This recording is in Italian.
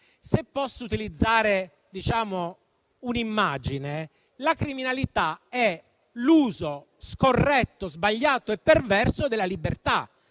Se posso utilizzare un'immagine, la criminalità è l'uso scorretto, sbagliato e perverso della libertà.